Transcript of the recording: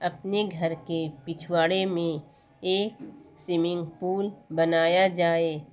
اپنے گھر کے پچھواڑے میں ایک سویمنگ پول بنایا جائے